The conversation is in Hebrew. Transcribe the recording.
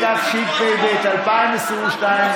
התשפ"ב 2022,